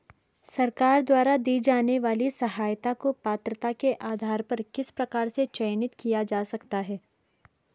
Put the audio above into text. सरकार द्वारा दी जाने वाली सहायता को पात्रता के आधार पर किस प्रकार से चयनित किया जा सकता है?